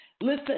Listen